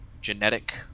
genetic